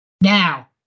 now